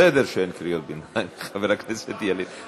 זה בסדר שאין קריאות ביניים, חבר הכנסת ילין.